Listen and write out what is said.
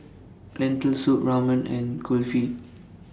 Lentil Soup Ramen and Kulfi